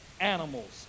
animals